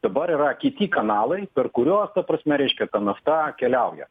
dabar yra kiti kanalai per kuriuos ta prasme reiškia ta nafta keliauja